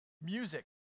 music